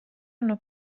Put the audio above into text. hanno